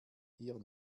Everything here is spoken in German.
hier